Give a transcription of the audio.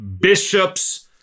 bishops